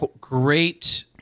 great